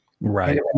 Right